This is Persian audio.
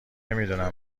میدونم